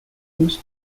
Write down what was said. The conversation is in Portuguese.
vamos